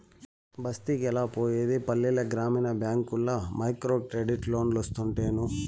బస్తికెలా పోయేది పల్లెల గ్రామీణ బ్యాంకుల్ల మైక్రోక్రెడిట్ లోన్లోస్తుంటేను